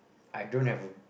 I don't have a